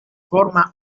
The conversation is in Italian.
forma